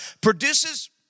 produces